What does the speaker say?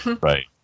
right